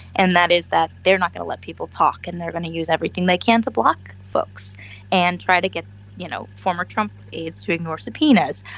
and that is that they're not going to let people talk and they're going to use everything they can to block folks and try to get you know former trump aides to ignore subpoenas.